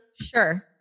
Sure